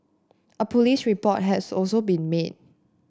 a police report has also been made